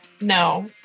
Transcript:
no